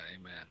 amen